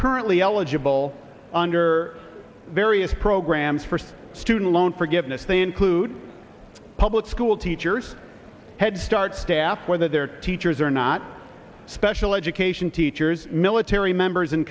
currently eligible under various programs for some student loan forgiveness they include public school teachers headstart staff whether they're teachers or not special education teachers military members in